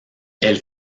elle